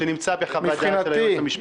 שנמצא בחוות הדעת של היועץ המשפטי?